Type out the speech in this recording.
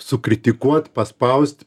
sukritikuot paspaust